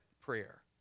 prayer